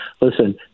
listen